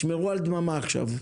שמרו על דממה עכשיו.